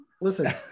Listen